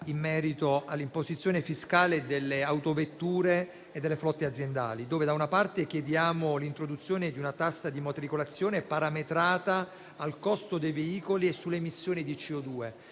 in merito all'imposizione fiscale delle autovetture e delle flotte aziendali. Da una parte, chiediamo l'introduzione di una tassa di immatricolazione parametrata al costo dei veicoli e sulle emissioni di CO2;